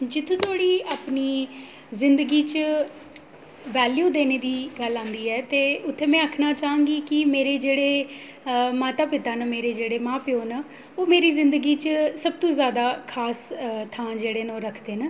जित्थै धोड़ी अपनी जिंदगी च वैल्यू देने दी गल्ल औंदी ऐ ते उत्थै में आखना चाह्ङ कि मेरे जेह्ड़े माता पिता न मेरे जेह्ड़े मां प्यो न ओह् मेरी जिंदगी च सब तों जैदा खास थां जेह्ड़े न ओह् रखदे न